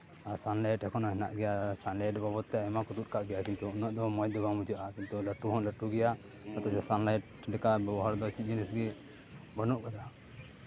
ᱟᱨ sunlight ᱮᱠᱷᱚᱱᱳ ᱢᱮᱱᱟᱜ ᱜᱮᱭᱟ ᱥᱟᱱᱞᱟᱭᱤᱴ ᱵᱚᱫᱚᱞ ᱛᱮ ᱟᱭᱢᱟ ᱠᱚ ᱛᱩᱫ ᱠᱟᱜ ᱜᱮᱭᱟ ᱠᱤᱱᱛᱩ ᱩᱱᱟᱹᱜ ᱫᱚ ᱢᱚᱡᱽ ᱫᱚ ᱵᱟᱝ ᱵᱩᱡᱷᱟᱹᱜᱼᱟ ᱠᱤᱱᱛᱩ ᱞᱟᱹᱴᱩ ᱦᱚᱸ ᱞᱟᱹᱴᱩ ᱜᱮᱭᱟ ᱥᱟᱱᱞᱟᱭᱤᱴ ᱞᱮᱠᱟ ᱵᱮᱵᱚᱦᱟᱨ ᱫᱚ ᱮᱠᱤ ᱡᱤᱱᱤᱥ ᱵᱟᱹᱱᱩᱜ ᱠᱟᱫᱟ